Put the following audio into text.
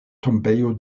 tombejo